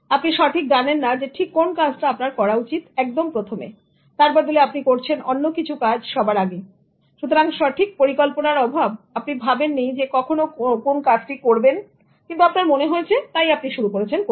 আপনি সঠিক জানেন না ঠিক কোন কাজটা আপনার করা উচিত একদম প্রথমেতার বদলে আপনি করছেন অন্য কিছু কাজ সবার আগে সুতরাং সঠিক পরিকল্পনার অভাব আপনি ভাবেননি কখনো কাজটি করবেন কিন্তু আপনার মনে হয়েছে আপনি শুরু করেছেন করতে